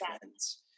friends